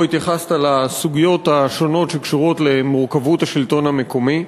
התייחסת לסוגיות השונות שקשורות למורכבות השלטון המקומי.